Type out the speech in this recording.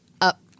Up